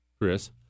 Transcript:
Chris